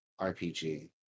RPG